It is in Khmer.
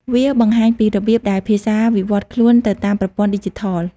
វាបង្ហាញពីរបៀបដែលភាសាវិវឌ្ឍខ្លួនទៅតាមប្រព័ន្ធឌីជីថល។